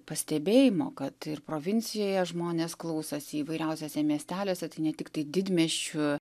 pastebėjimo kad ir provincijoje žmonės klausosi įvairiausiose miesteliuose ne tiktai didmiesčių